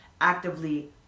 actively